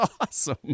awesome